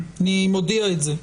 אני מודיע את זה.